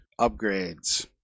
upgrades